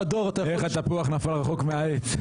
איך התפוח נפל רחוק מהעץ.